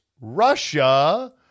Russia